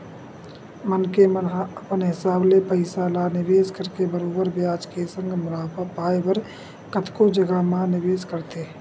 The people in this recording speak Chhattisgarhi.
मनखे मन ह अपन हिसाब ले पइसा ल निवेस करके बरोबर बियाज के संग मुनाफा पाय बर कतको जघा म निवेस करथे